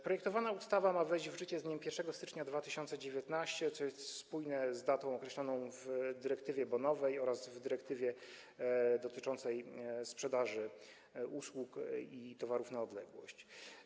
Projektowana ustawa ma wejść w życie z dniem 1 stycznia 2019 r., co jest spójne z datą określoną w dyrektywie bonowej oraz w dyrektywie dotyczącej sprzedaży usług i towarów na odległość.